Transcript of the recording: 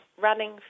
running